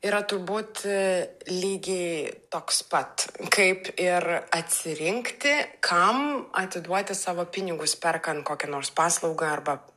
yra turbūt lygiai toks pat kaip ir atsirinkti kam atiduoti savo pinigus perkan kokią nors paslaugą arba